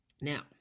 Now